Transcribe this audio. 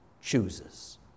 chooses